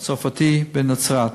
והצרפתי בנצרת.